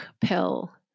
pill